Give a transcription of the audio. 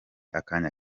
akanya